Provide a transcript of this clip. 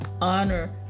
honor